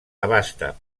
abasta